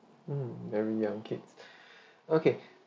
mm very young kids okay